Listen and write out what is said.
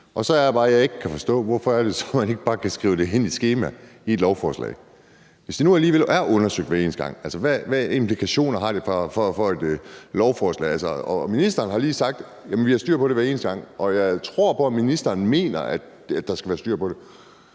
Så er det bare, jeg ikke kan forstå, hvorfor man ikke bare kan skrive det ind i et skema i lovforslaget, hvis det er nu alligevel er undersøgt hver eneste gang, hvilke implikationer det har for et lovforslag. Og ministeren har lige sagt: Vi har styr på det hver eneste gang. Jeg tror på, at ministeren mener, at der skal være styr på det,